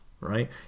Right